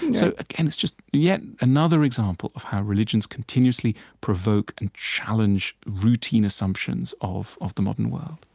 and so like and it's just yet another example of how religions continuously provoke and challenge routine assumptions of of the modern world.